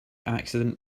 accident